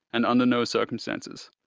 and under no circumstances,